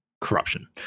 corruption